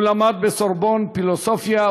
הוא למד בסורבון פילוסופיה,